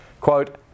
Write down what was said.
Quote